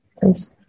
please